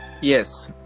Yes